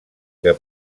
que